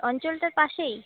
অঞ্চলটার পাশেই